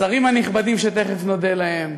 השרים הנכבדים, שתכף נודה להם,